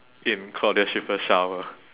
in claudia schiffer's shower